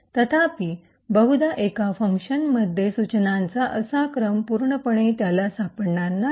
तथापि बहुधा एका फंक्शनमध्ये सूचनांचा असा क्रम पूर्णपणे त्याला सापडणार नाही